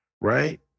right